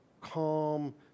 calm